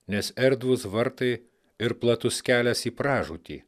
nes erdvūs vartai ir platus kelias į pražūtį